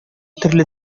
төрле